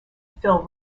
fill